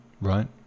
right